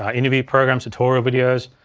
ah interview programs, tutorial videos,